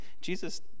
Jesus